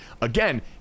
again